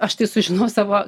aš tai sužinau savo